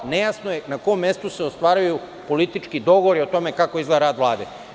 Nejasno je na kom mestu se ostvaruju politički dogovori o tome kako izgleda rad Vlade.